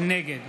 נגד